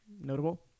Notable